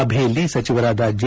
ಸಭೆಯಲ್ಲಿ ಸಚಿವರಾದ ಜೆ